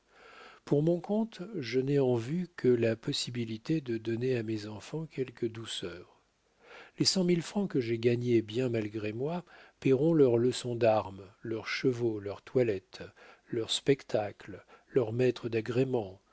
pour mon compte je n'ai en vue que la possibilité de donner à mes enfants quelques douceurs les cent mille francs que j'ai gagnés bien malgré moi payeront leurs leçons d'armes leurs chevaux leur toilette leurs spectacles leurs maîtres d'agrément